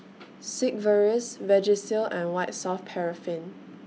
Sigvaris Vagisil and White Soft Paraffin